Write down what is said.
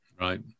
Right